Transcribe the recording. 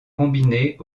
combinées